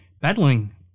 battling